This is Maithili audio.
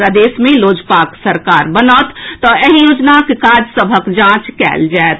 प्रदेश मे लोजपाक सरकार बनत तऽ एहि योजनाक कार्य सभक जांच कयल जाएत